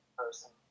person